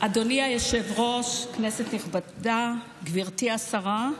אדוני היושב-ראש, כנסת נכבדה, גברתי השרה,